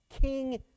King